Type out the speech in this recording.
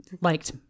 liked